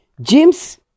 James